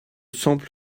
semble